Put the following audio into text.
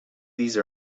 these